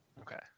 Okay